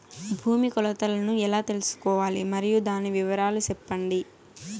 భూమి కొలతలను ఎలా తెల్సుకోవాలి? మరియు దాని వివరాలు సెప్పండి?